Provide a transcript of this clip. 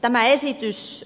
tämä esitys